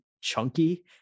chunky